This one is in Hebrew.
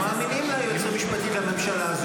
כי לא מאמינים לייעוץ המשפטי לממשלה.